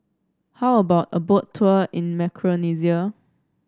how about a Boat Tour in Micronesia